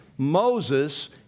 Moses